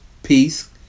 peace